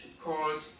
called